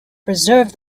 preserve